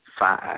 Five